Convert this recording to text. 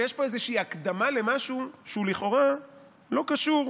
ויש פה איזושהי הקדמה למשהו שהוא לכאורה לא קשור,